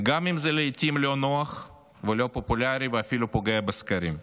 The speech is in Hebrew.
גם אם זה לעיתים לא נוח ולא פופולרי ואפילו פוגע בסקרים.